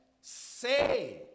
say